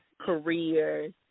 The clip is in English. Careers